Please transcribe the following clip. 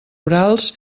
orals